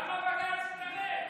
למה בג"ץ התערב?